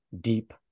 deep